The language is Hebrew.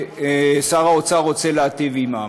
ששר האוצר רוצה להיטיב עימם.